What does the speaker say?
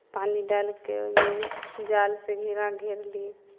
पानि डालि कऽ ओहिमे जालसँ घेरा घेरली